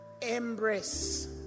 Embrace